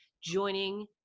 joining